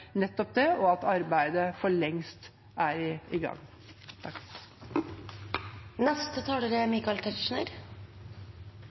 nettopp det, og at arbeidet for lengst er i gang.